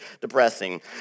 depressing